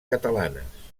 catalanes